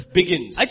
begins